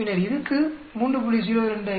பின்னர் இதுக்கு 3